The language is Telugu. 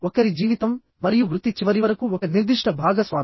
ఒకరి జీవితం మరియు వృత్తి చివరి వరకు ఒక నిర్దిష్ట భాగస్వామి